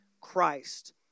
Christ